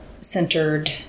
centered